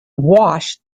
washed